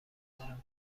ندارم